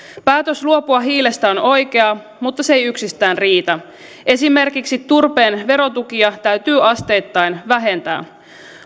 päätös luopua hiilestä on oikea mutta se ei yksistään riitä esimerkiksi turpeen verotukia täytyy asteittain vähentää